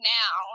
now